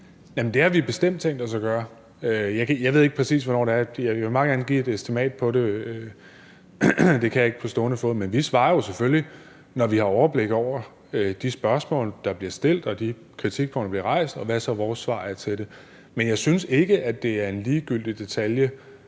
ikke, præcis hvornår det er; jeg vil meget gerne give et estimat på det, men det kan jeg ikke på stående fod. Men vi svarer jo selvfølgelig, når vi har overblik over de spørgsmål, der bliver stillet, og de kritikpunkter, der bliver rejst, hvad vores svar så er til det. Men jeg synes ikke, at det er en ligegyldig detalje,